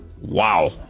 Wow